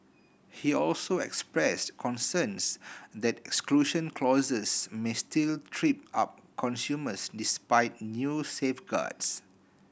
he also expressed concerns that exclusion clauses may still trip up consumers despite new safeguards